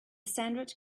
sandwich